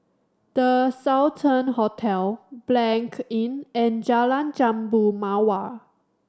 The Sultan Hotel Blanc Inn and Jalan Jambu Mawar